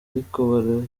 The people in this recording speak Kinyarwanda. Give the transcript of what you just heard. ariko